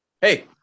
Hey